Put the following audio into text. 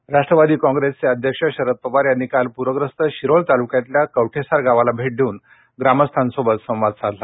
पवार राष्ट्रवाद क्रॉंग्रेसचे अध्यक्ष शरद पवार यांन क्राल प्र्यस्त शिरोळ तालुक्यातल्या कवठेसार गावाला भेट देऊन ग्रामस्थांसोबत संवाद साधला